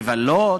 לבלות,